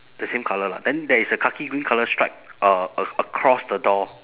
the same colour lah then there is a khaki green colour stripe uh a~ across the door